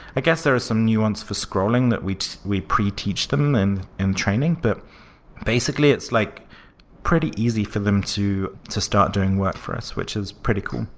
i guess there are some nuance for scrolling that we pre-teach them and in training. but basically, it's like pretty easy for them to to start doing work for us, which is pretty cool.